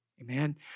Amen